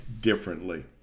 differently